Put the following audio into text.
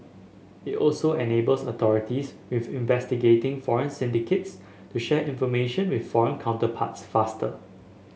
it also enables authorities with investigating foreign syndicates to share information with foreign counterparts faster